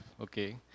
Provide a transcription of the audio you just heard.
okay